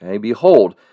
behold